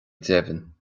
deimhin